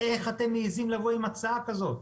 איך אתם מעיזים לבוא עם הצעה כזאת?